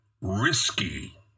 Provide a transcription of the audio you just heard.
risky